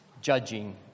judging